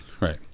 right